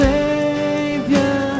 Savior